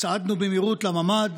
וצעדנו במהירות לממ"ד.